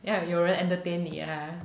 要有人 entertain 你 lah